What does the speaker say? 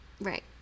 Right